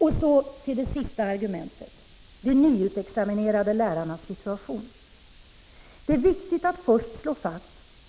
Och så till det sista argumentet — de nyutexaminerade lärarnas situation. Det är viktigt att först slå fast